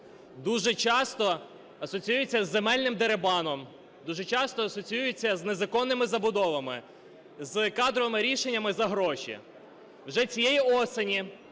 Дуже часто асоціюється з земельним дерибаном. Дуже часто асоціюється з незаконними забудовами, з кадровими рішеннями за гроші. Вже цієї осені